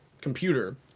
computer